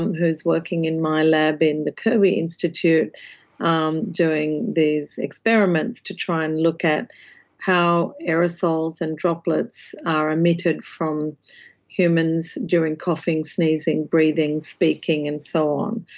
who is working in my lab in the kirby institute um doing these experiments to try and look at how aerosols and droplets are emitted from humans during coughing, sneezing, breathing, speaking and so on.